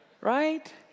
Right